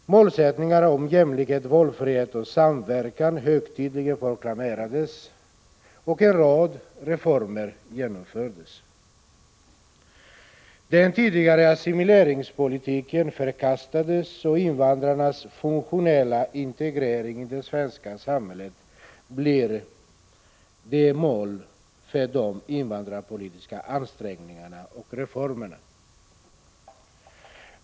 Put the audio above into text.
Fru talman! Jag tänker bl.a. tala om invandrarpolitiken som försvann. Sedan 1975 har invandrarpolitiken utvecklats här i landet. Med hjälp av ett omfattande utredningsarbete kom man fram till en relativ partipolitisk enighet om dels de problem som invandrarna möter i Sverige, dels målsättningen för invandrarpolitiken. Målsättningen om jämlikhet, valfrihet och samverkan proklamerades högtidligt, och en rad reformer genomfördes. Den tidigare assimileringspolitiken förkastades, och invandrarnas funktionella integrering i det svenska samhället blev målet för de invandrarpolitiska ansträngningarna och reformerna.